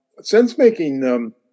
Sense-making